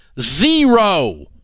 Zero